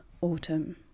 autumn